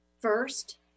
First